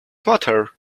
matter